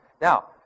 Now